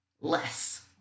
less